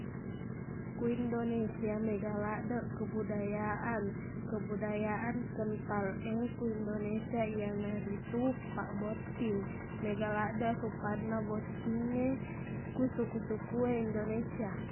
Ku indonesia mega laddeq kebudayaan kebudayaan kental e ku indonesia iyanaritu pabbotting mega laddeq rupanna bottingnge ku suku-suku e indonesia